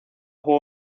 jugó